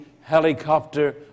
helicopter